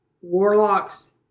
warlocks